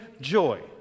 joy